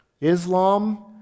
Islam